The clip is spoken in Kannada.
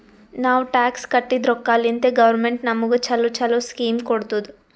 ನಾವ್ ಟ್ಯಾಕ್ಸ್ ಕಟ್ಟಿದ್ ರೊಕ್ಕಾಲಿಂತೆ ಗೌರ್ಮೆಂಟ್ ನಮುಗ ಛಲೋ ಛಲೋ ಸ್ಕೀಮ್ ಕೊಡ್ತುದ್